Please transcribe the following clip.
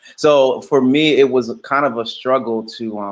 so for me it was kind of a struggle to